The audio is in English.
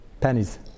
pennies